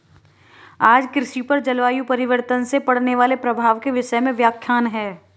आज कृषि पर जलवायु परिवर्तन से पड़ने वाले प्रभाव के विषय पर व्याख्यान है